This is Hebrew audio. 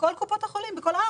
בכל קופות החולים בכל הארץ.